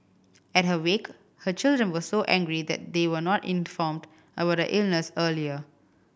at her wake her children were so angry that they were not informed about her illness earlier